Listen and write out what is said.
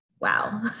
wow